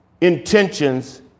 intentions